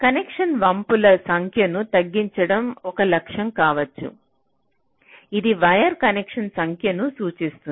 కనెక్షన్లోని వంపుల సంఖ్యను తగ్గించడం ఒక లక్ష్యం కావచ్చు ఇది వైర్ కనెక్షన్ సంఖ్యను సూచిస్తుంది